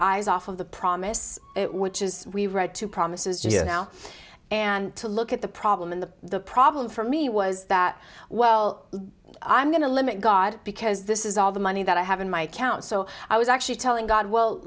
eyes off of the promise which is we read two promises just now and to look at the problem in the problem for me was that well i'm going to limit god because this is all the money that i have in my account so i was actually telling god well